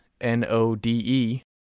N-O-D-E